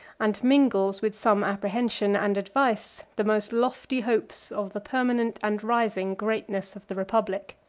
and mingles with some apprehension and advice, the most lofty hopes of the permanent and rising greatness of the republic.